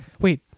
Wait